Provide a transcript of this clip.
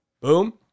Boom